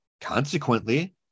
Consequently